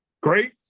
Great